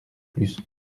plus